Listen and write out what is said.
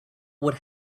would